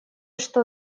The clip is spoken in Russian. что